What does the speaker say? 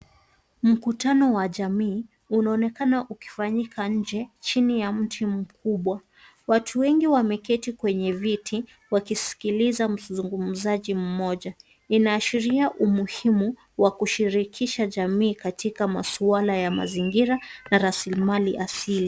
Mkutano wa jamii, unaonekana ukifanyika nje, chini ya mti mkubwa. Watu wengi wameketi kwenye viti wakisikiliza mzungumzaji mmoja. Inaashiria umuhimu wa kushirikisha jamii katika masuala ya mazingira na rasilimali asili.